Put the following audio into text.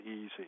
easy